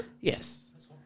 Yes